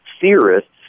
theorists